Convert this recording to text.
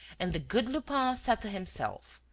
and the good lupin said to himself,